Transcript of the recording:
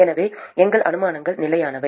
எனவே எங்கள் அனுமானங்கள் நிலையானவை